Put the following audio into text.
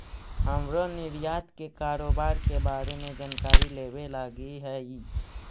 हमरो निर्यात के कारोबार के बारे में जानकारी लेबे लागी हई